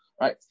right